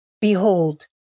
Behold